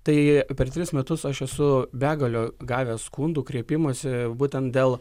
tai per tris metus aš esu begalio gavęs skundų kreipimųsi būtent dėl